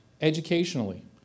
educationally